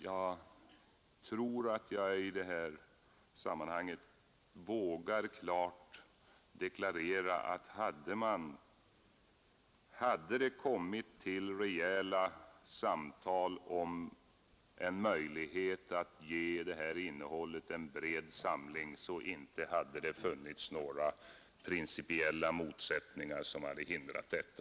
Jag tror att jag i det här sammanhanget vågar klart deklarera, att hade det kommit till rejäla samtal om en möjlighet att ge det här innehållet en bred samling, så inte hade det funnits några principiella motsättningar som hade hindrat detta.